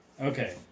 Okay